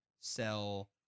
sell